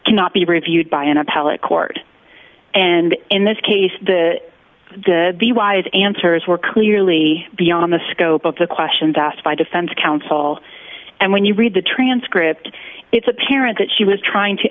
cannot be reviewed by an appellate court and in this case the the wise answers were clearly beyond the scope of the questions asked by defense counsel and when you read the transcript it's apparent that she was trying to